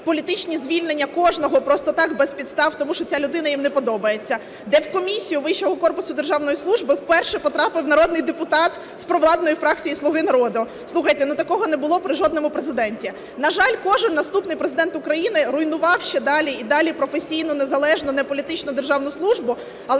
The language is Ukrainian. політичні звільнення кожного просто так без підстав, тому що ця людина їм не подобається, де в Комісію вищого корпусу державної служби вперше потрапив народний депутат з провладної фракції "Слуга народу". Слухайте, такого не було при жодному Президенті. На жаль, кожен наступний Президент України руйнував ще далі і далі професійну незалежну неполітичну державну службу,